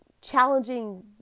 challenging